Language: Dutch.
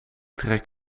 trek